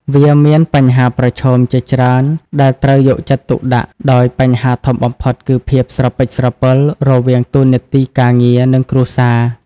វាមានបញ្ហាប្រឈមជាច្រើនដែលត្រូវយកចិត្តទុកដាក់ ដោយបញ្ហាធំបំផុតគឺភាពស្រពិចស្រពិលរវាងតួនាទីការងារ និងគ្រួសារ។